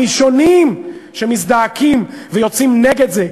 הראשונים שמזדעקים ויוצאים נגד זה,